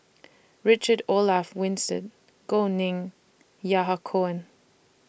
Richard Olaf Winstedt Gao Ning and Yahya Cohen